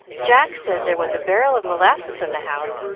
jack said there was a barrel of molasses in the house,